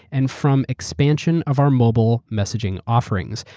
and from expansion of our mobile messaging offerings,